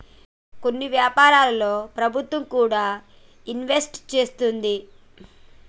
కొన్ని వ్యాపారాల్లో ప్రభుత్వం కూడా ఇన్వెస్ట్ చేస్తుంది